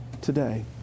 today